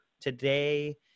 today